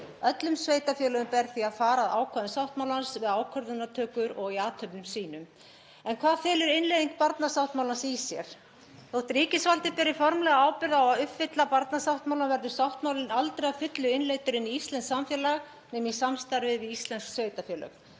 Öllum sveitarfélögum ber því að fara að ákvæðum sáttmálans við ákvarðanatökur og í athöfnum sínum. En hvað felur innleiðing barnasáttmálans í sér? Þótt ríkisvaldið beri formlega ábyrgð á að uppfylla barnasáttmálann verður sáttmálinn aldrei að fullu innleiddur í íslenskt samfélag nema í samstarfi við íslensk sveitarfélög.